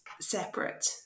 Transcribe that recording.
separate